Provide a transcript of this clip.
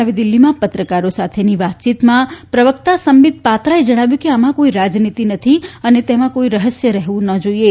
નવી દિલ્હીમાં પત્રકારો સાથેની વાતચીતમાં પ્રવકતા સંબિત પાત્રાએ જણાવ્યું કે આમાં કોઇ રાજનીતી નથી અને તેમાં કોઇ રહસ્ય રહેવું ના જોઇએ